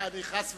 חס וחלילה.